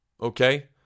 Okay